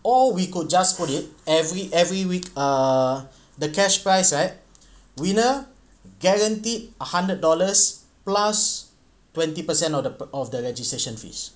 or we could just put it every every week err the cash price right winner guaranteed a hundred dollars plus twenty percent of the of the registration fees